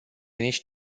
nici